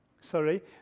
Sorry